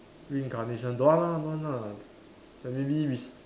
reincarnation don't want lah don't want lah like maybe rec~